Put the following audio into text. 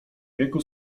wieku